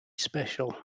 special